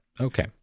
Okay